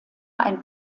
ein